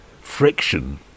friction